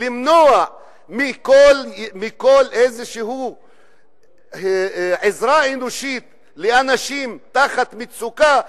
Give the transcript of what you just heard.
למנוע כל איזושהי עזרה אנושית לאנשים במצוקה,